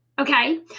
okay